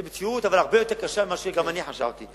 זו מציאות, אבל הרבה יותר קשה ממה שגם אני חשבתי.